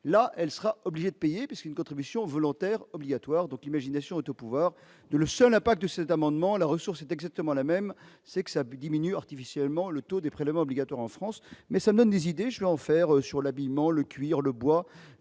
là, elle sera obligée de payer, parce qu'une contribution volontaire obligatoire, donc l'imagination est au pouvoir de le seul impact de cet amendement, la ressource est exactement la même sexe abus diminue artificiellement le taux des prélèvements obligatoires en France mais ça me donne des idées, je vais en enfer sur l'habillement, le cuir, le bois,